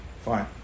Fine